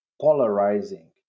polarizing